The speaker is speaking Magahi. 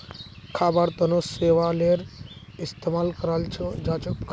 खाबार तनों शैवालेर इस्तेमाल कराल जाछेक